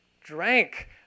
drank